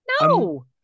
No